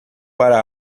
para